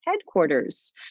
headquarters